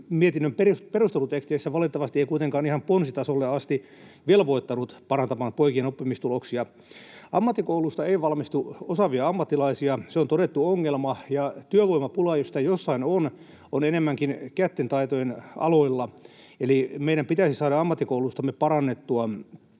vaikka valitettavasti ei kuitenkaan ihan ponsitasolla asti velvoittanut parantamaan poikien oppimistuloksia. Ammattikouluista ei valmistu osaavia ammattilaisia, se on todettu ongelma, ja työvoimapula, jos sitä jossain on, on enemmänkin kättentaitojen aloilla. Eli meidän pitäisi saada ammattikoulutustamme parannettua